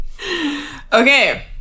Okay